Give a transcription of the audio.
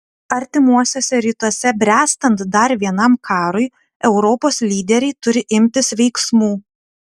artimuosiuose rytuose bręstant dar vienam karui europos lyderiai turi imtis veiksmų